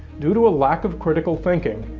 due to a lack of critical thinking,